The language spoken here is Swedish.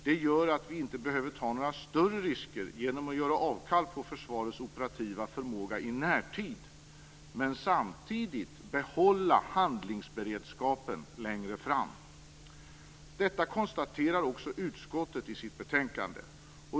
Det gör att vi inte behöver ta några större risker genom att göra avkall på försvarets operativa förmåga i närtid men samtidigt behålla handlingsberedskapen längre fram. Detta konstaterar också utskottet i sitt betänkande.